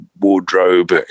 wardrobe